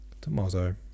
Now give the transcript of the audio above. tomorrow